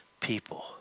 people